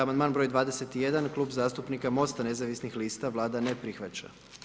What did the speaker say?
Amandman broj 21., Klub zastupnika MOST-a nezavisnih lista, Vlada ne prihvaća.